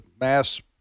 mass